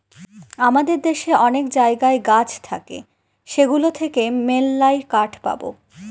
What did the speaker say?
আমাদের দেশে অনেক জায়গায় গাছ থাকে সেগুলো থেকে মেললাই কাঠ পাবো